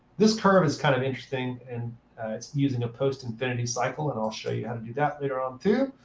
this curve is kind of interesting. and it's using a post-infinity cycle. and i'll show you how to do that later on too,